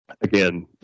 again